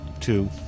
Two